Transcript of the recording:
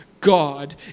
God